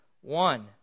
one